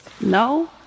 No